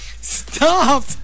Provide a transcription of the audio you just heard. Stop